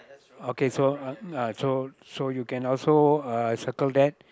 okay so so so you can also uh circle that